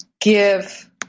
give